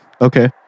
Okay